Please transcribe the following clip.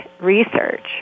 research